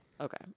Okay